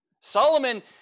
Solomon